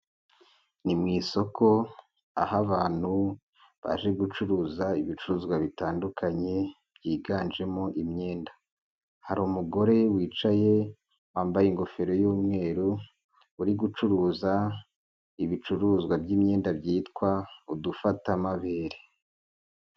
Ni mu isoko aho abantu baje gucuruza ibicuruzwa bitandukanye byiganjemo imyenda, hari umugore wicaye wambaye ingofero y'umweru uri gucuruza ibicuruzwa by'imyenda byitwa udufatamabere.